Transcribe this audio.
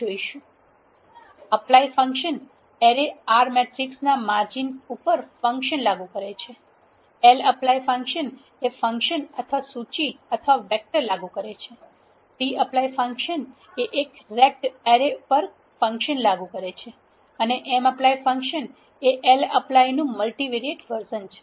Apply function array R મેટ્રિક્સના margin ઉપર function લાગુ કરે છે lapply ફંક્શન એ ફંક્શન અથવા સૂચિ અથવા વેક્ટર લાગુ કરે છે tapply ફંક્શન એક રેગ્ડ એરે ઉપર ફંક્શન લાગુ કરે છે અને mapply એ lapply નું મલ્ટિવેરિયેટ વર્ઝન છે